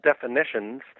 definitions